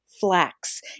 Flax